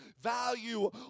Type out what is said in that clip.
value